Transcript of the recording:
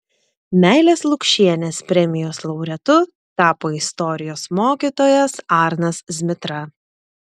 meilės lukšienės premijos laureatu tapo istorijos mokytojas arnas zmitra